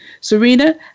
Serena